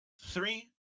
three